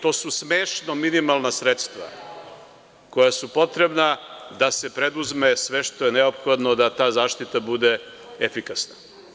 To su smešno minimalna sredstva koja su potrebna da se preduzme sve što je neophodno da ta zaštita bude efikasna.